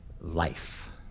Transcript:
Life